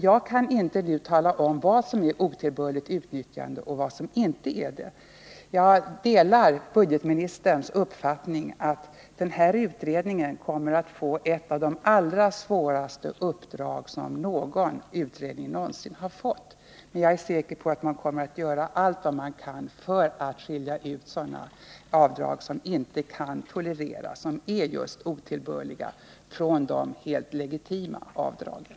Jag kan inte nu tala om vad som är otillbörligt utnyttjande och vad som inte är det. Jag delar budgetministerns uppfattning att den här utredningen kommer att få ett av de allra svåraste uppdrag som en utredning någonsin fått. Men jag är säker på att man kommer att göra allt vad man kan för att skilja ut sådana avdrag som inte kan tolereras och som alltså är just otillbörliga från de helt legitima avdragen.